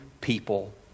people